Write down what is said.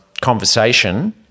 conversation